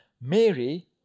Mary